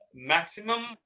Maximum